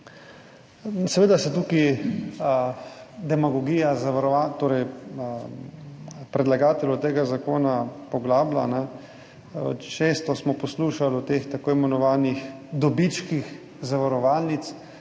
Seveda se tukaj demagogija predlagateljev tega zakona poglablja. Često smo poslušali o tako imenovanih dobičkih zavarovalnic,